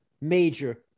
major